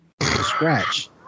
Scratch